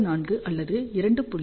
64 அதாவது 2